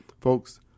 Folks